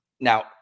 now